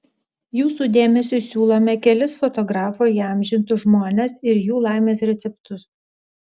jūsų dėmesiui siūlome kelis fotografo įamžintus žmones ir jų laimės receptus